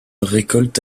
récolte